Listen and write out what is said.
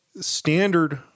standard